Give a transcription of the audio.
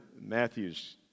Matthew's